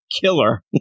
killer